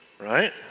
right